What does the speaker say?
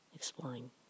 exploring